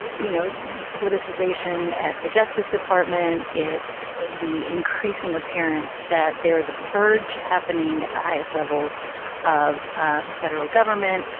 you know, politicization at the justice department. it's the increasing appearance that there is a purge happening at the highest levels of ah the federal government.